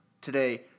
today